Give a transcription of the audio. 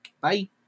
Bye